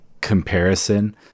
comparison